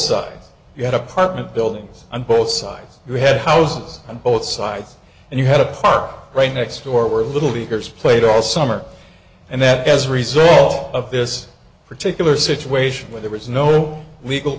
sides you had apartment buildings on both sides you had houses on both sides and you had a park right next door where little leaguers played all summer and that as a result of all of this particular situation where there was no legal